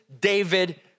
David